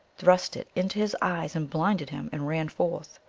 thrust it into his eyes and blinded him, and ran forth.